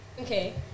Okay